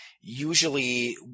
usually